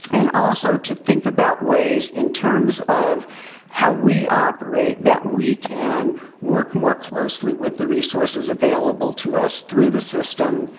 and also to think about ways, in terms of how we operate, that we can work more closely with the resources available to us through the system